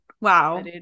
wow